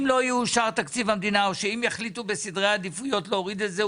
אם לא יאושר תקציב המדינה או שאם יחליטו בסדרי העדיפויות להוריד את זה,